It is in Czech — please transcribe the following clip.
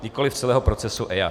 Nikoliv celého procesu EIA.